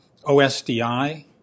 OSDI